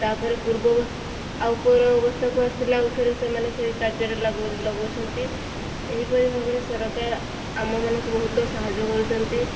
ତା'ପରେ ପୂର୍ବ ଆଉ ପର ଅବସ୍ଥାକୁ ଆସିଲେ ଆଉଥରେ ସେମାନେ ସେଇ କାର୍ଯ୍ୟରେ ଲାଗୁ ଲଗାଉଛନ୍ତି ଏହିପରି ଭାବରେ ସରକାର ଆମମାନଙ୍କୁ ବହୁତ ସାହାଯ୍ୟ କରୁଛନ୍ତି